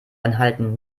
enthalten